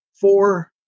four